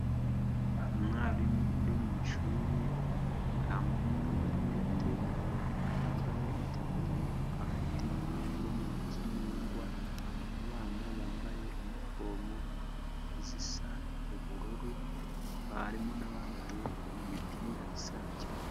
Umwarimu uri mwishuri yambaye amarinete yambaye itaburiya afite impapuro mu ntoki n`ingwa ,abana bambaye inifomo zisa ubururu barimo' nabambaye imipira isa icyatsi.